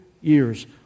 years